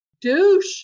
Douche